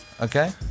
Okay